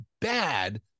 bad